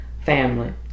Family